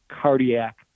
cardiac